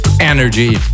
energy